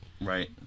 Right